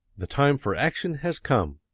the time for action has come.